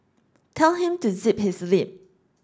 tell him to zip his lip